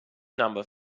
number